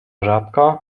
rzadko